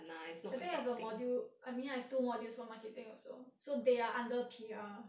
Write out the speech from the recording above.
I think I have a module I mean I have two modules for marketing also so they are under P_R